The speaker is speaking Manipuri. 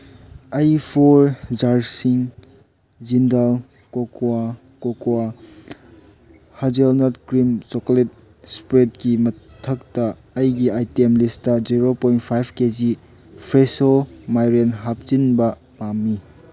ꯑꯩ ꯐꯣꯔ ꯖꯥꯔꯁꯤꯡ ꯖꯤꯟꯗꯥꯜ ꯀꯣꯀ꯭ꯋꯥ ꯀꯣꯀ꯭ꯋꯥ ꯍꯖꯦꯜꯅꯦꯠ ꯀ꯭ꯔꯤꯝ ꯆꯣꯀ꯭ꯂꯦꯠ ꯏꯄ꯭ꯔꯦꯠꯀꯤ ꯃꯊꯛꯇ ꯑꯩꯒꯤ ꯑꯥꯏꯇꯦꯝ ꯂꯤꯁꯇ zero point five K G Fresho ꯃꯥꯏꯔꯦꯟ ꯍꯥꯞꯆꯤꯟꯕ ꯄꯥꯝꯃꯤ